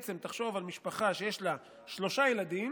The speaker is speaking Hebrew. תחשוב על משפחה שיש לה שלושה ילדים